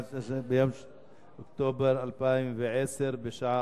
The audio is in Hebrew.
18 באוקטובר 2010, בשעה